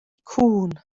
cŵn